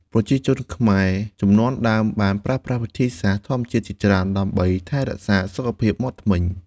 ប្រជាជនខ្មែរជំនាន់ដើមបានប្រើប្រាស់វិធីសាស្រ្តធម្មជាតិជាច្រើន ដើម្បីថែរក្សាសុខភាពមាត់ធ្មេញ។